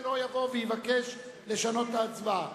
לא יבוא אחר כך ויבקש לשנות את ההצבעה.